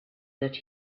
that